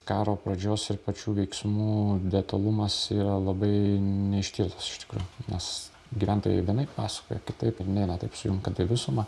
karo pradžios ir pačių veiksmų detalumas yra labai neištirtas iš tikrųjų nes gyventojai vienaip pasakoja kitaip ir nėra taip sujungta į visumą